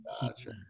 Gotcha